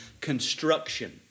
construction